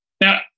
Now